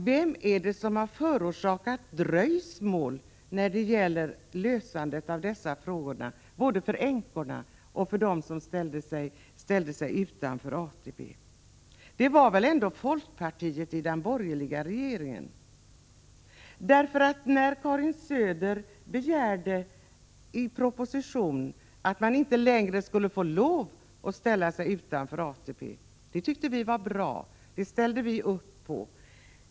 Vem är det som har förorsakat dröjsmål när det gäller att lösa dessa frågor både för änkorna och för dem som ställde sig utanför ATP-systemet? Det var väl ändå folkpartiet i den borgerliga regeringen som gjorde det? I en proposition begärde Karin Söder att man inte längre skulle få lov att ställa sig utanför ATP. Det tyckte vi var bra, och det ställde vi oss bakom.